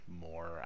more